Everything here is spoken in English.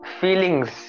feelings